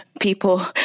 people